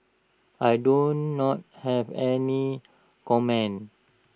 I do not have any comment